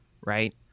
right